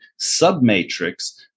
submatrix